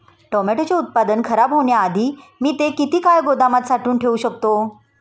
टोमॅटोचे उत्पादन खराब होण्याआधी मी ते किती काळ गोदामात साठवून ठेऊ शकतो?